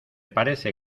parece